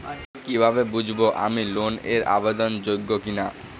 কীভাবে বুঝব আমি লোন এর আবেদন যোগ্য কিনা?